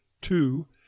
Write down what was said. two